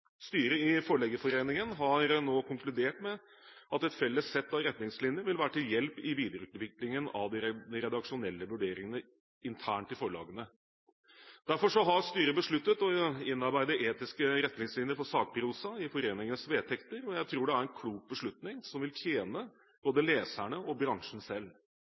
Styret i Forleggerforeningen har nå konkludert med at et felles sett av retningslinjer vil være til hjelp i videreutviklingen av de redaksjonelle vurderingene internt i forlagene. Derfor har styret besluttet å innarbeide etiske retningslinjer for sakprosa i foreningens vedtekter. Jeg tror det er en klok beslutning som vil tjene både leserne og bransjen selv.